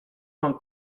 mam